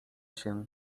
się